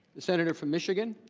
the senator from michigan.